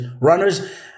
Runners